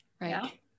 Right